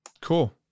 Cool